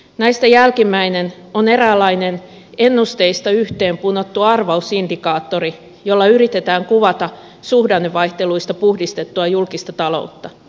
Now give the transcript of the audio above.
näistä jälkimmäinen on eräänlainen ennusteista yhteen punottu arvausindikaattori jolla yritetään kuvata suhdannevaihteluista puhdistettua julkista taloutta